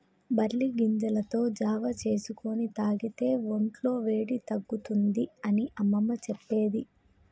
barley గింజలతో జావా చేసుకొని తాగితే వొంట్ల వేడి తగ్గుతుంది అని అమ్మమ్మ చెప్పేది